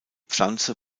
pflanze